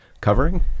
covering